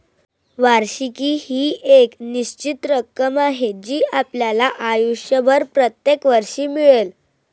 वार्षिकी ही एक निश्चित रक्कम आहे जी आपल्याला आयुष्यभर प्रत्येक वर्षी मिळेल